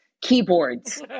keyboards